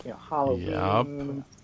Halloween